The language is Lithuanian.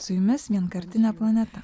su jumis vienkartinė planeta